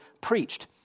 preached